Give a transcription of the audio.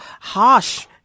harsh